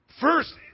first